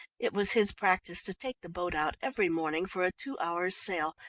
it was his practice to take the boat out every morning for a two hours' sail,